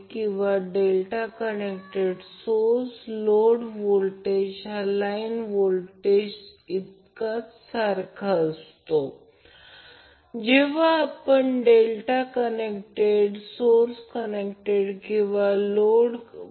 तर हा current Ia आहे हा करंट ICA देखील येथे येत आहे हा येत आहे म्हणून ICA आणि हा करंट जो इथून जात आहे म्हणजे ते IAB 0 आहे याचा अर्थ Ia IAB ICA आहे